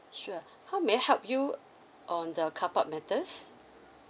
sure how may I help you on the car park matters